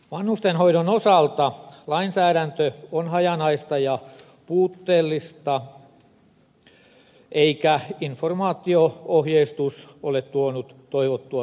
vanhustenhoidon osalta lainsäädäntö on hajanaista ja puutteellista eikä informaatio ohjeistus ole tuonut toivottua tulosta